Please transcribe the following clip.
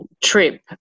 trip